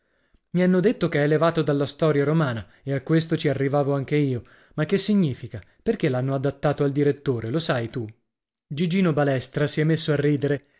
i hanno detto che è levato dalla storia romana e a questo ci arrivavo anche io ma che significa perché l'hanno adattato al direttore lo sai tu gigino balestra si è messo a ridere